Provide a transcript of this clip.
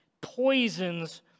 Poisons